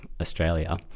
Australia